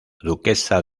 duquesa